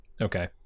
Okay